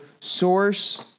source